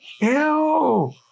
Ew